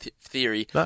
theory